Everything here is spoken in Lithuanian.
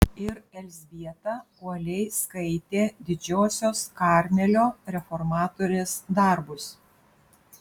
ir elzbieta uoliai skaitė didžiosios karmelio reformatorės darbus